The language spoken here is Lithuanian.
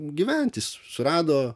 gyventi surado